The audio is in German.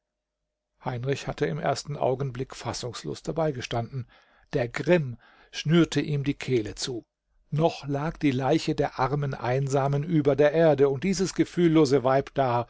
heinrich hatte im ersten augenblick fassungslos dabeigestanden der grimm schnürte ihm die kehle zu noch lag die leiche der armen einsamen über der erde und dieses gefühllose weib da